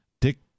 Dick